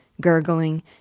gurgling